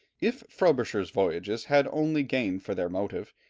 if frobisher's voyages had only gain for their motive,